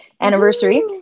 anniversary